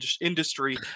industry